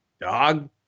dog